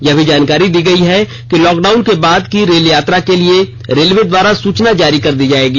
यह भी जानकारी दी गयी है कि लॉकडाउन के बाद की रेल यात्रा के लिए रेलवे द्वारा सुचना जारी कर दी जाएगी